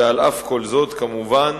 ועל אף כל זאת, כמובן,